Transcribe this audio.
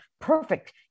perfect